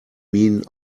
minen